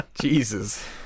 Jesus